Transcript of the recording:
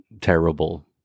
terrible